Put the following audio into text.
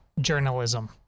journalism